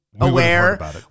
aware